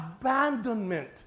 Abandonment